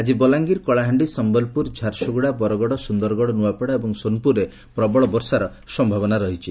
ଆଜି ବଲାଙ୍ଗୀର କଳାହାଣ୍ଡି ସମ୍ୟଲପ୍ରର ଝାରସ୍ରଗ୍ରଡା ବରଗଡ ସୁନ୍ଦରଗଡ଼ ନ୍ଆପଡା ଏବଂ ସୋନପୁରରେ ପ୍ରବଳ ବର୍ଷାର ସ ରହିଛି